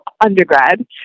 undergrad